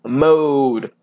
mode